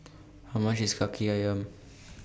How much IS Kaki Ayam